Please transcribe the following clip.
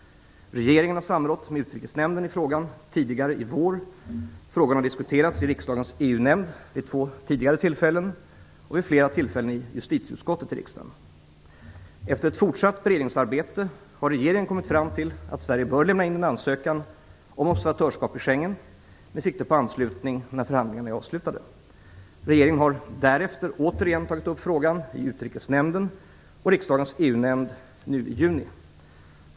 Regeringen har samrått med Utrikesnämnden i frågan tidigare i vår. Frågan har diskuterats i riksdagens EU nämnd vid två tidigare tillfällen och i justitieutskottet vid flera tillfällen. Efter ett fortsatt beredningsarbete har regeringen kommit fram till att Sverige bör inlämna en ansökan om observatörsskap i Schengen, med sikte på anslutning när förhandlingarna är avslutade. Regeringen har därefter återigen tagit upp frågan i Utrikesnämnden och riksdagens EU-nämnd nu i juni.